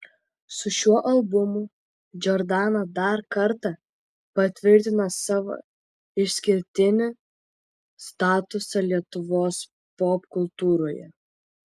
su šiuo albumu džordana dar kartą patvirtina savo išskirtinį statusą lietuvos popkultūroje